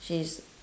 she's